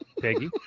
peggy